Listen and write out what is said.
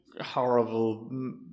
horrible